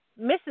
Mrs